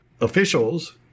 officials